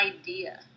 idea